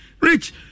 rich